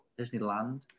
Disneyland